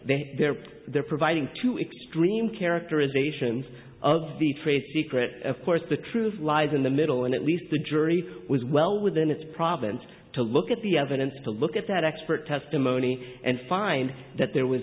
they're there they're providing two extreme characterizations of the trade secret of course the truth lies in the middle and at least the jury was well within its province to look at the evidence to look at that expert testimony and find that there was